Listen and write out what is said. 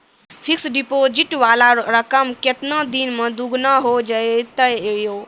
Fixed deposit वाला रकम केतना दिन मे दुगूना हो जाएत यो?